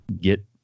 get